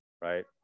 right